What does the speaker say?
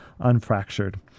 Unfractured